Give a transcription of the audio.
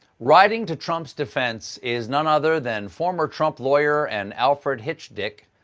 riding to trump's defense is none other than former trump lawyer and alfred hitch-dick,